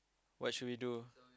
what should we do